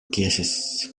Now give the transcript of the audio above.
gases